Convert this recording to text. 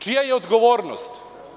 Čija je odgovornost?